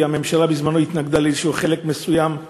כי הממשלה בזמנו התנגדה לאיזשהו חלק מסוים בו.